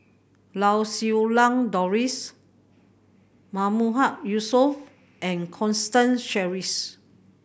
Lau Siew Lang Doris Mahmood Yusof and Constance Sheares